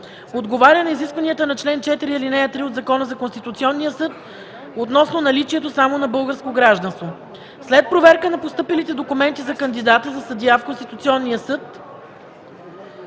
отговаря на изискванията на чл. 4, ал. 3 от Закона за Конституционния съд – относно наличието само на българско гражданство. След проверка на постъпилите документи на кандидата за съдия в Конституционния съд